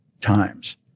times